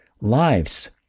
lives